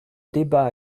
débats